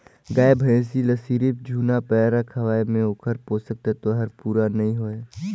गाय भइसी ल सिरिफ झुरा पैरा खवाये में ओखर पोषक तत्व हर पूरा नई होय